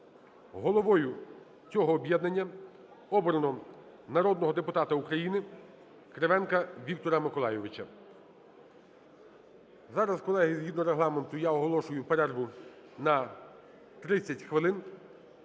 Головою цього об'єднання обрано народного депутата України Кривенка Віктора Миколайовича". Зараз, колеги, згідно Регламенту я оголошую перерву на 30 хвилин.